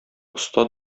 оста